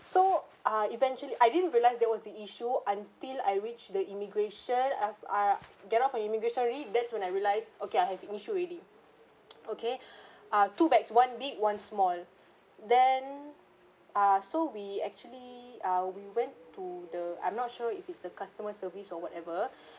so ah eventually I didn't realise there was the issue until I reached the immigration I've I get off the immigration already that's when I realised okay I have an issue already okay ah two bags one big one small then ah so we actually ah we went to the I'm not sure if it's the customer service or whatever